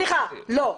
סליחה, סליחה, לא.